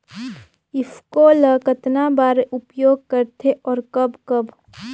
ईफको ल कतना बर उपयोग करथे और कब कब?